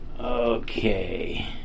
Okay